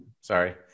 sorry